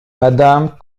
adam